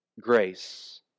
grace